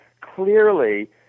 clearly